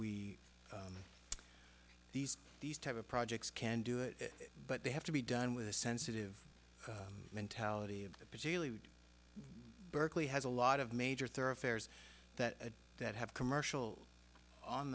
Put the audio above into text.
we these these type of projects can do it but they have to be done with a sensitive mentality of berkeley has a lot of major thoroughfares that that have commercial on